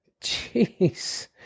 Jeez